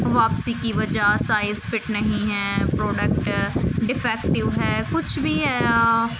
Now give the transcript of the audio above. واپسی کی وجہ سائز فٹ نہیں ہے پروڈکٹ ڈیفیکٹیو ہے کچھ بھی ہے